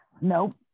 Nope